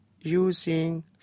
using